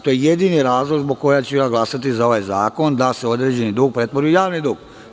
To je jedini razlog zbog kojeg ću glasati za ovaj zakon, da se određeni dug pretvori u javni dug.